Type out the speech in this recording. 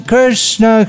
Krishna